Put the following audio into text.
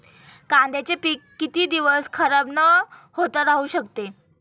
कांद्याचे पीक किती दिवस खराब न होता राहू शकते?